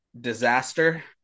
Disaster